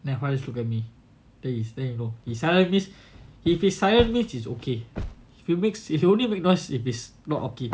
then my father just look at me then he know he silent means if he silent means it's okay he will only make noise if it's not okay